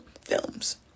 films